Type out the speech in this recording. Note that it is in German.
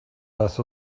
dass